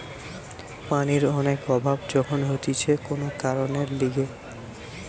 পানির অনেক অভাব যখন হতিছে কোন কারণের লিগে